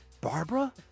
Barbara